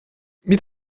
mit